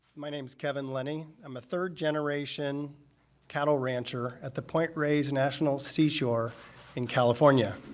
my name is kevin lunny. i'm a third-generation cattle rancher at the point reyes national seashore in california.